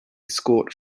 scored